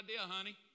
honey